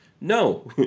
No